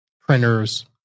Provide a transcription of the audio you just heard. printers